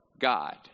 God